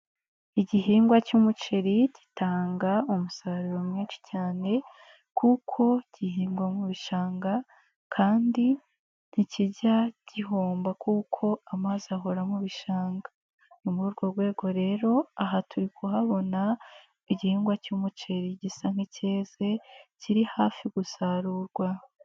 Igihingwa cy'umuceri gitanga umusaruro mwinshi cyane kuko gihingwa mu bishanga kandi ntikijya gihomba kuko amazi ahora mu bishanga, ni muri urwo rwego rero aha turi kuhabona igihingwa cy'umuceri gisa nk'icyeze kiri hafi gusarurwa.